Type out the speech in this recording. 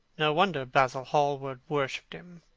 no wonder basil hallward worshipped him.